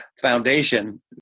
foundation